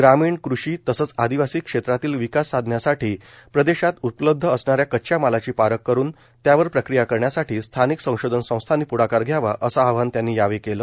ग्रामीण कृषी तसंच आदिवासी क्षेत्रातील विकास साधण्यासाठी प्रदेशात उपलब्ध असणा या कच्च्या मालाची पारख करुन त्यावर प्रक्रिया करण्यासाठी स्थानिक संशोधन संस्थांनी पुढाकार घ्यावा असं आवाहन त्यांनी यावेळी केलं